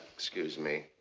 excuse me.